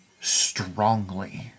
strongly